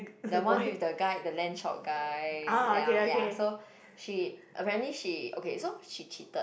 the one with the guy the lamb chop guy ya ya so she apparently she okay so she cheated